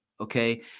okay